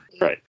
right